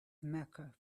mecca